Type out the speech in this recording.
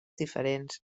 diferents